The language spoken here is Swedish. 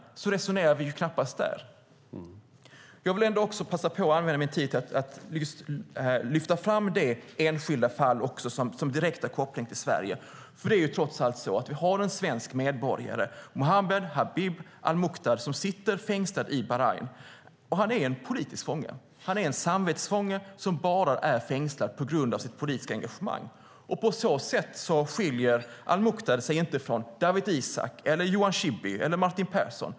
Men så resonerar vi knappast där. Jag vill också lyfta fram det enskilda fall som har direkt koppling till Sverige. Den svenska medborgaren Mohammed Habib al-Muqdad sitter fängslad i Bahrain. Han är en politisk fånge, en samvetsfånge som är fängslad bara på grund av sitt politiska engagemang. På så sätt skiljer al-Muqdad sig inte från Dawit Isaak, Martin Schibbye och Johan Persson.